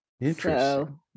Interesting